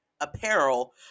apparel